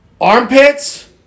Armpits